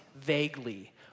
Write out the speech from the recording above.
vaguely